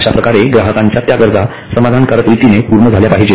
अशाप्रकारे ग्राहकांच्या त्या गरजा समाधानकारक रीतीने पूर्ण झाल्या पाहिजेत